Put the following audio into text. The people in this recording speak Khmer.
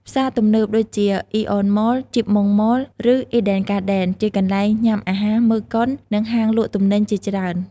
ផ្សារទំនើប ដូចជា Aeon Mall, Chip Mong Mall, ឬ Eden Garden ជាកន្លែងញ៉ាំអាហារ មើលកុន និងហាងលក់ទំនិញជាច្រើន។